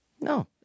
No